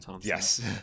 yes